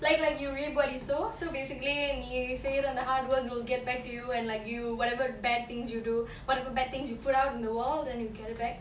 like like you reap what you sow so basically you are saying that hard work will get back to you and like you whatever bad things you do whatever bad things you put out in the world and then you get it back